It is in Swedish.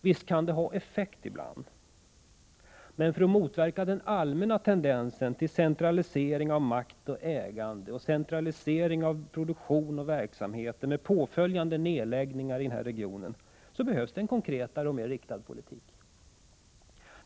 visst kan ha effekt i vissa fall, men för ett motverkande av den allmänna tendensen till centralisering av makt och ägande och av produktion och verksamheter, med påföljande nedläggningar i regionen, behövs en konkretare och mer riktad politik.